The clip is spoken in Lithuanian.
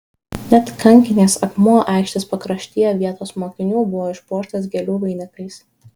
net kankinės akmuo aikštės pakraštyje vietos mokinių buvo išpuoštas gėlių vainikais